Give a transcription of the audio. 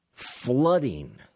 flooding